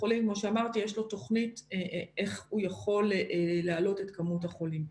אז יש לי פחות מקום לאשפז את מטופלי הפנימית